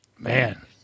man